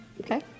Okay